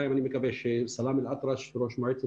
סגרנו את בתי הכנסת